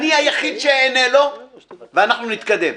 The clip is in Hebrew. אני היחיד שאענה לו ואנחנו נתקדם.